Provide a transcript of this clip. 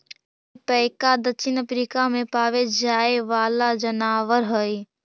alpaca दक्षिण Africa में पावे जाए वाला जनावर हई